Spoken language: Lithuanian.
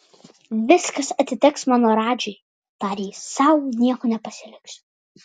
viskas atiteks mano radžai tarė jis sau nieko nepasiliksiu